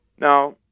Now